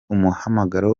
umuhamagaro